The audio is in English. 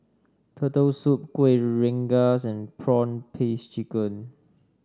Turtle Soup Kueh Rengas and prawn paste chicken